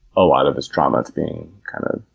a lot of this trauma is being, kind of,